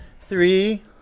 three